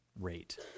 rate